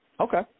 Okay